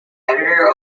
editor